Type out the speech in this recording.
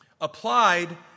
applied